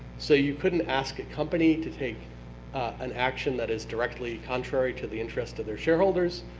so you couldn't ask a company to take an action that is directly contrary to the interest of their shareholders,